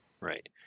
Right